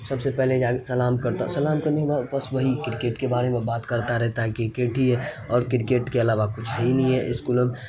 سب سے پہلے سلام کرتا ہوں سلام کرنے کے بعد بس وہی کرکٹ کے بارے میں بات کرتا رہتا ہے کہ کرکٹ اور کرکٹ کے علاوہ کچھ ہے ہی نہیں ہے اسکولوں